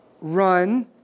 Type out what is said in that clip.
run